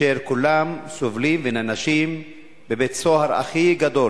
אשר כולם סובלים ונענשים בבית-הסוהר הגדול